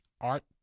art